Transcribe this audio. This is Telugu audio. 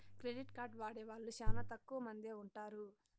క్రెడిట్ కార్డు వాడే వాళ్ళు శ్యానా తక్కువ మందే ఉంటారు